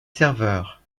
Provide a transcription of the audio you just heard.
serveur